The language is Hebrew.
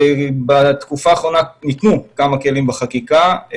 בתקופה האחרונה ניתנו כמה כלים בחקיקה.